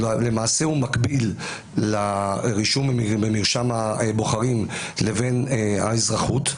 שלמעשה הוא מקביל לרישום במרשם הבוחרים לבין האזרחות,